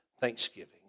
thanksgiving